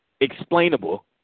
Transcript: Explainable